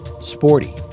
sporty